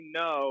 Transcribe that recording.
no